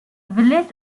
village